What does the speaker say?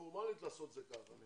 פורמלית, לעשות את זה ככה.